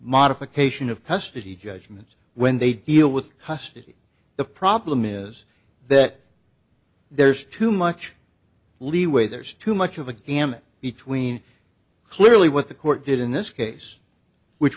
modification of custody judgment when they deal with custody the problem is that there's too much leeway there's too much of a gamut between clearly what the court did in this case which